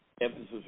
Emphasis